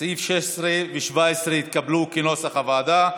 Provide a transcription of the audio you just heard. סעיפים 16 ו-17 התקבלו כנוסח הוועדה.